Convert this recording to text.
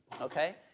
okay